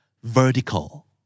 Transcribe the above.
Vertical